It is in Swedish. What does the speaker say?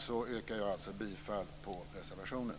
Jag yrkar alltså bifall till reservationen.